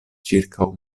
ĉirkaŭ